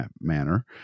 manner